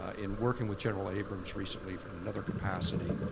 ah in working with general abrams recently, from another capacity,